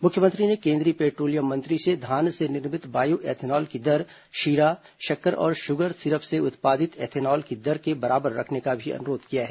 मुख्यमंत्री ने केन्द्रीय पेट्रोलियम मंत्री से धान से निर्मित बायो एथेनॉल की दर शीरा शक्कर और शुगर सिरप से उत्पादित एथेनॉल की दर के बराबर रखने का भी अनुरोध किया है